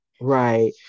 right